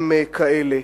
הם כאלה.